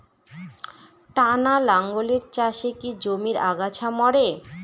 টানা লাঙ্গলের চাষে কি জমির আগাছা মরে?